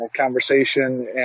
conversation